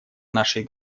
нашей